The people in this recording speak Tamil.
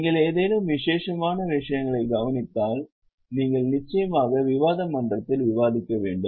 நீங்கள் ஏதேனும் விசேஷமான விஷயங்களைக் கவனித்தால் நீங்கள் நிச்சயமாக விவாத மன்றத்தில் விவாதிக்க வேண்டும்